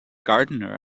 gardener